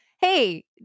hey